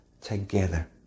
together